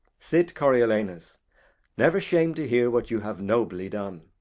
sit, coriolanus never shame to hear what you have nobly done.